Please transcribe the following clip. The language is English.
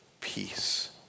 peace